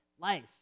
life